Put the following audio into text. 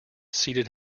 seated